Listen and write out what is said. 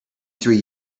three